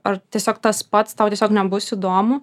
ar tiesiog tas pats tau tiesiog nebus įdomu